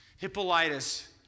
Hippolytus